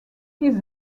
his